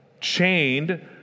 Chained